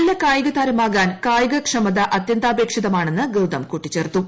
നല്ല കായികതാരം ആകാൻ കായികക്ഷമത അതൃന്താപേക്ഷിതമാണെന്ന് ഗൌതം കൂട്ടിച്ചേർത്തു